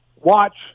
watch